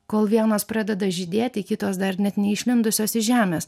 kol vienas pradeda žydėti kitos dar net neišlindusios iš žemės